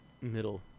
middle